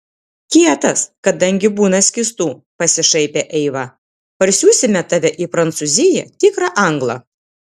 kietas kadangi būna skystų pasišaipė eiva parsiųsime tave į prancūziją tikrą anglą